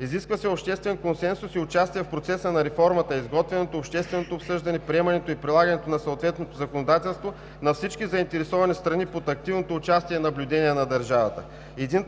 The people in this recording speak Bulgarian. Изисква се обществен консенсус и участие в процеса на реформата, изготвянето, общественото обсъждане, приемането и прилагането на съответното законодателство на всички заинтересовани страни под активното участие и наблюдение на държавата.